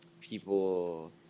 people